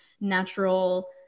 natural